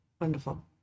Wonderful